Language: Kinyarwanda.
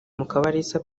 mukabalisa